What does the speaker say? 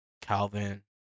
Calvin